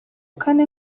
kane